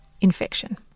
infection